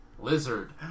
lizard